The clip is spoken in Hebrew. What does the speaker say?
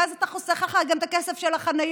ואז אתה חוסך לך גם את הכסף של החניות.